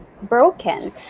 broken